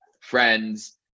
friends